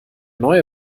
neue